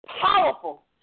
powerful